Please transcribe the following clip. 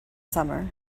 summer